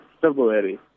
February